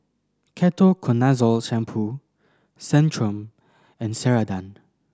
Ketoconazole Shampoo Centrum and Ceradan